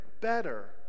better